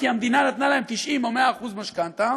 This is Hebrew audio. כי המדינה נתנה להם 90% או 100% משכנתה,